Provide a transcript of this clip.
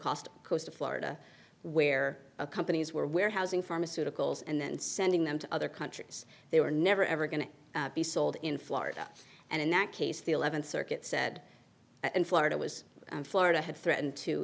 cost coast of florida where companies were warehousing pharmaceuticals and then sending them to other countries they were never ever going to be sold in florida and in that case the eleventh circuit said in florida was florida had threatened to